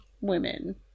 women